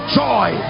joy